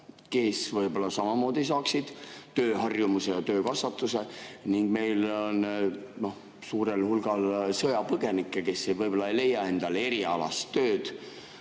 kes võib-olla samamoodi saaksid tööharjumuse ja töökasvatuse? Meil on suurel hulgal sõjapõgenikke, kes võib-olla ei leia endale erialast tööd,